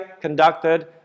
conducted